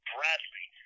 Bradley